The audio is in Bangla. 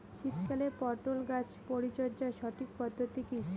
শীতকালে পটল গাছ পরিচর্যার সঠিক পদ্ধতি কী?